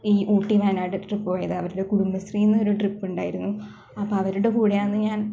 ഈ ഊട്ടി വയനാട് ട്രിപ്പ് പോയത് അവരുടെ കുടുംബശ്രീയിൽ നിന്ന് ഒരു ട്രിപ്പ് ഉണ്ടായിരുന്നു അപ്പം അവരുടെ കൂടെയാണ് ഞാന്